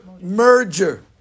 merger